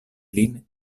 lin